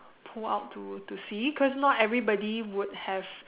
pull out to to see cause not everybody would have